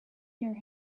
hear